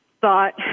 thought